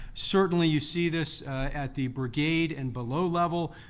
certainly you see this at the brigade and below level,